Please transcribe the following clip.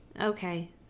Okay